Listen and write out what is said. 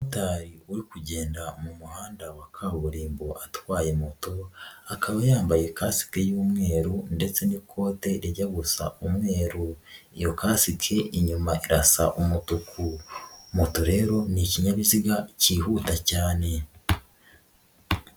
Umumotari uri kugenda mu muhanda wa kaburimbo atwaye moto akaba yambaye kasike y'umweru ndetse n'ikote rijya gusa umweru, iyo kasike inyuma irasa umutuku, moto rero ni ikinyabiziga kihuta cyane.